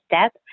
step